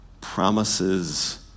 promises